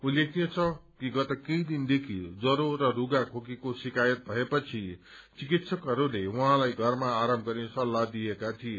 उल्लेखनीय छ कि गत केही दिनदेखि ज्वरो र रूपा खोकीको शिक्रयत भएपछि चिकित्सकहरूले उहाँलाई घरमा आराम गर्ने सल्लाह दिएका थिए